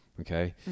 Okay